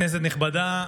כנסת נכבדה,